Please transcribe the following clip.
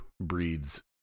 breeds